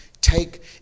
take